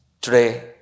Today